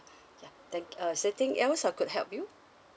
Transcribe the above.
yeah thank uh it's anything else I could help you